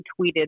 tweeted